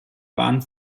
waren